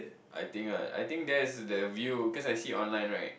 I think uh I think there's the view cause I see online right